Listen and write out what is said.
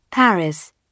Paris